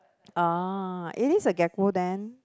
ah it is a gecko then